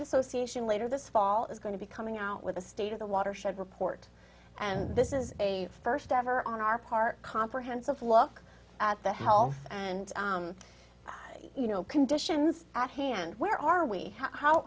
association later this fall is going to be coming out with the state of the watershed report and this is a first ever on our part comprehensive look at the health and you know conditions at hand where are we